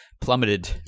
plummeted